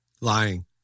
Lying